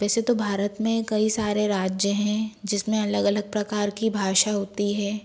वैसे तो भारत में कई सारे राज्य हैं जिसमें अलग अलग प्रकार की भाषा होती है